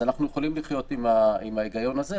אנחנו יכולים לחיות עם ההיגיון הזה.